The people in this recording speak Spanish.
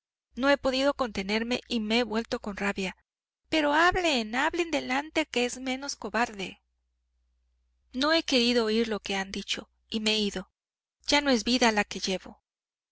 no he podido contenerme y me he vuelto con rabia pero hablen hablen delante que es menos cobarde no he querido oir lo que han dicho y me he ido ya no es vida la que llevo